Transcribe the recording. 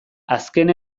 azken